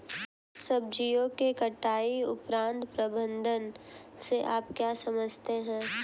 सब्जियों के कटाई उपरांत प्रबंधन से आप क्या समझते हैं?